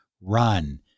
run